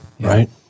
Right